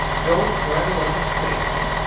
don't try to understand,